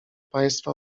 państwa